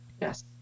Yes